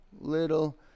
Little